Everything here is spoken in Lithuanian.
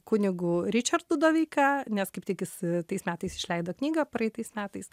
kunigu ričardu doveika nes kaip tik jis tais metais išleido knygą praeitais metais